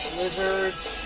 lizards